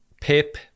pip